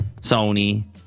sony